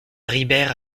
ribeyre